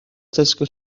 tesco